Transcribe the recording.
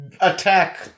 attack